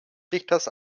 richters